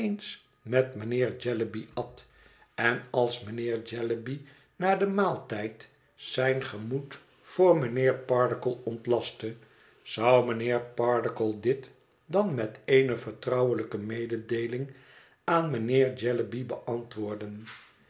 met mijnheer jellyby at en als mijnheer jellyby na den maaltijd zijn gemoed voor mijnheer pardiggle ontlastte zou mijnheer pardiggle dit dan met eene vertrouwelijke mededeeling aan mijnheer jellyby beantwoorden